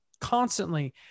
constantly